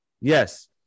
yes